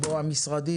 שבו המשרדים